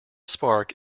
spark